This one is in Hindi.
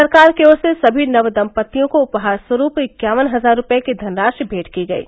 सरकार की ओर से सभी नव दम्पतियों को उपहार स्वरूप इक्यावन हजार रूपये की धनराशि भेंट की गयी